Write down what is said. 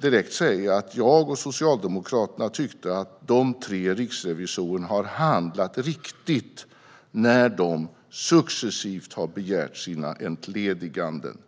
direkt säga att jag och Socialdemokraterna tyckte att de tre riksrevisorerna har handlat riktigt när de successivt har begärt sina entlediganden.